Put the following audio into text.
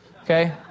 Okay